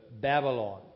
Babylon